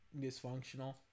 dysfunctional